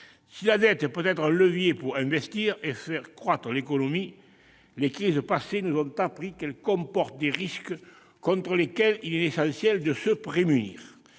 Si la dette peut être un levier pour investir et faire croître l'économie, les crises passées nous ont appris qu'elle comporte des risques contre lesquels il est essentiel de se prémunir.